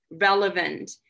relevant